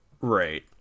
Right